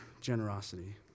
generosity